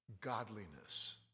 godliness